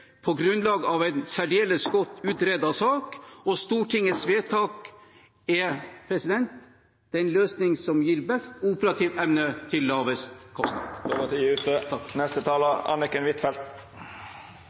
på grunnlag av en særdeles godt utredet sak, og Stortingets vedtak er den løsning som gir best operativ evne til lavest kostnad.